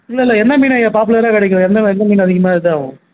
இல்லைல்ல என்ன மீன் ஐயா பாப்புலராக கிடைக்கும் எந்த வ எந்த மீன் அதிகமாக இதாகும்